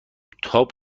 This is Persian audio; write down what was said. تاب